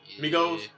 Migos